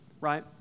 right